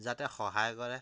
যাতে সহায় কৰে